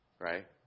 right